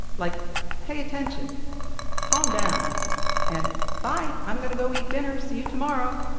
like pay attention calm down' and bye, i'm gonna go eat dinner, see you tomorrow.